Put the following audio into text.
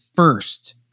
first